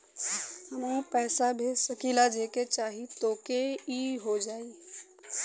हमहू पैसा भेज सकीला जेके चाही तोके ई हो जाई?